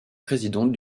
présidente